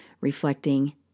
reflecting